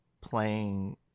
playing